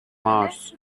mars